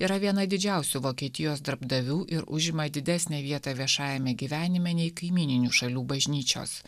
yra viena didžiausių vokietijos darbdavių ir užima didesnę vietą viešajame gyvenime nei kaimyninių šalių bažnyčios